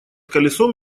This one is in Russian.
колесом